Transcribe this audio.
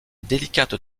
délicates